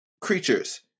creatures